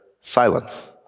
silence